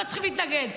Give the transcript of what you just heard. לא צריכים להתנגד.